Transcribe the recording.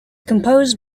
composed